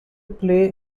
play